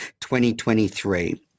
2023